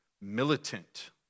militant